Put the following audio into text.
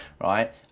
right